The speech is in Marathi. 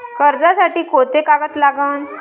कर्जसाठी कोंते कागद लागन?